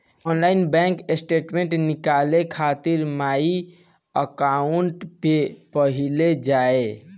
online bank statement निकाले खातिर my account पे पहिले जाए